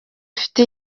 ifite